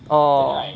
orh